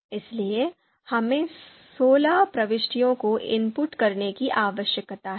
इसलिए हमें सोलह प्रविष्टियों को इनपुट करने की आवश्यकता है